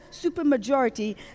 supermajority